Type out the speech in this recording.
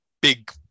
big